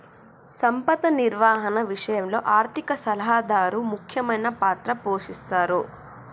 సంపద నిర్వహణ విషయంలో ఆర్థిక సలహాదారు ముఖ్యమైన పాత్ర పోషిస్తరు